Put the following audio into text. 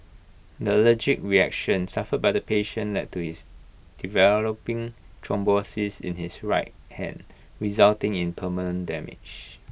the allergic reaction suffered by the patient led to his developing thrombosis in his right hand resulting in permanent damage